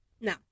now